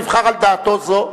הוא נבחר על דעתו זו.